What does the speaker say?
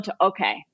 Okay